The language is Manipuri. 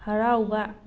ꯍꯔꯥꯎꯕ